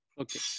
Okay